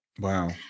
wow